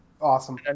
awesome